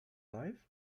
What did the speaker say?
life